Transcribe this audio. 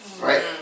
Right